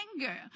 anger